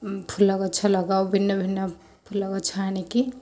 ଫୁଲ ଗଛ ଲଗାଉ ଭିନ୍ନ ଭିନ୍ନ ଫୁଲ ଗଛ ଆଣିକି